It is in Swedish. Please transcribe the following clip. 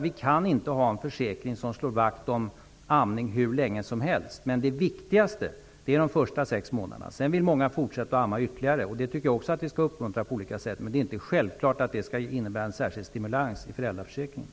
Vi kan inte ha en försäkring som slår vakt om amning hur länge som helst. Det viktiga är de första sex månaderna. Sedan vill många fortsätta att amma ytterligare. Även det skall vi uppmuntra på olika sätt, men det är inte självklart att det skall innebära en särskild stimulans i föräldraförsäkringen.